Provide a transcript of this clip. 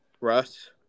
Russ